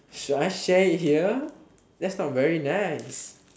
should I share it here that's not very nice